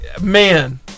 Man